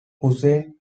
hussein